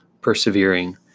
persevering